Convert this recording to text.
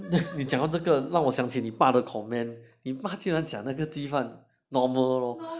你讲到这个我想到你爸的 comment 你爸既然讲那个鸡饭 normal lor